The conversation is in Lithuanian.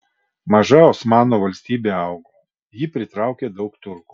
maža osmanų valstybė augo ji pritraukė daug turkų